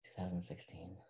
2016